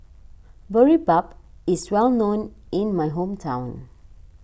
Boribap is well known in my hometown